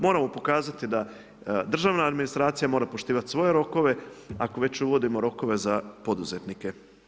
Moramo pokazati da državna administracija mora poštivati svoje rokove, ako već uvodimo rokove za poduzetnike.